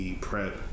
prep